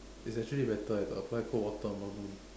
it's actually better eh to apply cold water on the noon